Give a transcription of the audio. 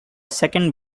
second